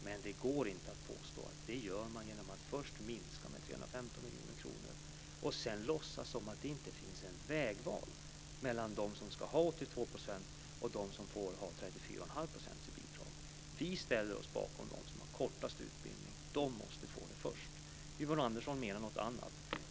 Men det går inte att påstå att man gör det genom att först minska med 315 miljoner kronor och sedan låtsas som om det inte finns ett vägval mellan dem som ska ha 82 % och de som får Vi ställer oss bakom dem som har kortast utbildning; de måste få först. Yvonne Andersson menar något annat.